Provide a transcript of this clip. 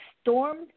stormed